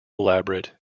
elaborate